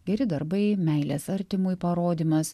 geri darbai meilės artimui parodymas